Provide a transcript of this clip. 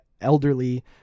elderly